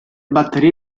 batterie